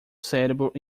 cérebro